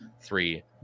three